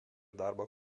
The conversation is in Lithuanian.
darbo